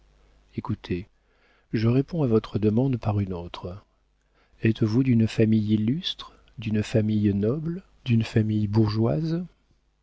écoutez je réponds à votre demande par une autre êtes-vous d'une famille illustre d'une famille noble d'une famille bourgeoise